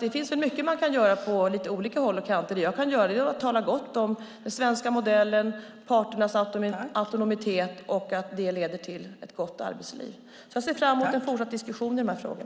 Det finns mycket man kan göra på lite olika håll och kanter. Det som jag kan göra är att tala gott om den svenska modellen, parternas autonomi och att det leder till ett gott arbetsliv. Jag ser fram mot en fortsatt diskussion i dessa frågor.